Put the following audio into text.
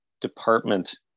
department